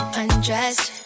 undressed